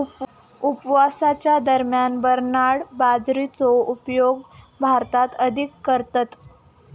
उपवासाच्या दरम्यान बरनार्ड बाजरीचो उपयोग भारतात अधिक करतत